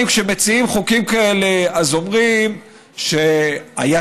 כשמציעים חוקים כאלה אז אומרים שהיזמים,